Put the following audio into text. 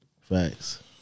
Facts